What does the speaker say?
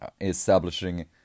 establishing